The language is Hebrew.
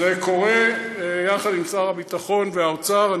זה קורה יחד עם שר הביטחון והאוצר,